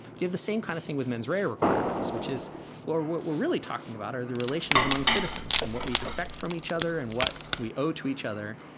give the same kind of thing with menswear requirements, which is what we're what we're really talking about, are the relations among citizens and what we expect from each other and what we owe to each other.